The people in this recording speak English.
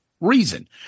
reason